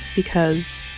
because